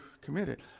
committed